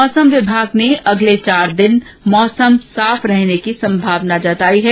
मौसम विभागने अगले चार दिन मौसम साफ रहने की संभावना जताई है